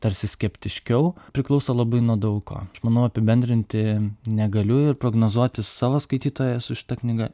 tarsi skeptiškiau priklauso labai nuo daug ko manau apibendrinti negaliu ir prognozuoti savo skaitytoją su šita knyga